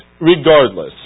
regardless